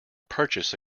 purchase